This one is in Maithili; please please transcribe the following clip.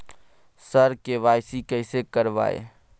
सर के.वाई.सी कैसे करवाएं